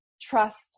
trust